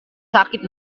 sakit